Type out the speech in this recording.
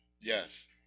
Yes